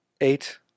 eight